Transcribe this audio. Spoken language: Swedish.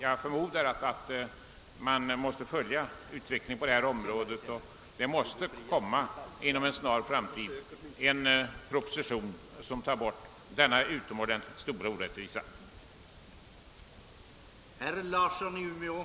Jag förmodar att utvecklingen på detta område kommer att resultera i att det inom en snar framtid framläggs en proposition med förslag att eliminera den utomordentligt stora orättvisa det här gäller.